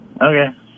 Okay